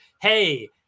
hey